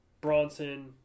Bronson